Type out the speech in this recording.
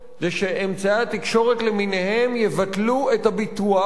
שאמצעי התקשורת למיניהם יבטלו את הביטוח לעיתונאים,